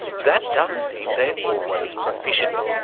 that doesn't mean they're always proficient.